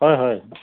হয় হয়